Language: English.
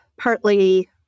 partly